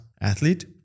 athlete